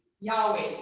Yahweh